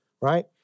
right